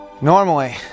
Normally